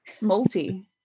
Multi